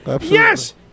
Yes